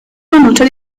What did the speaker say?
annuncia